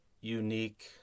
unique